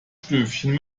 stövchen